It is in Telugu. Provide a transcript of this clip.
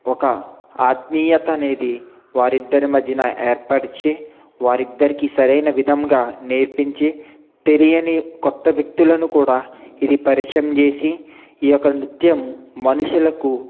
ఒక ఆత్మీయతనేది వారిద్దరి మధ్యనా ఏర్పరిచి వారిద్దరికీ సరైన విధంగా నేర్పించి తెలియని కొత్త వ్యక్తులను కూడా ఇది పరిచయం చేసి ఈ యొక్క నృత్యం మనుషులకు